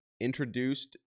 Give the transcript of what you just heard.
introduced